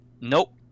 nope